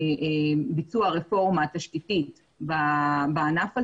ביצוע רפורמה תשתיתית בענף הזה,